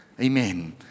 Amen